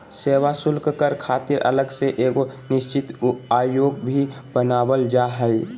सेवा शुल्क कर खातिर अलग से एगो निश्चित आयोग भी बनावल जा हय